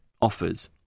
offers